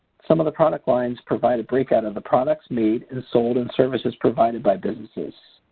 some of the product lines provide a breakout of the products made and sold and services provided by businesses.